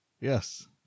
Yes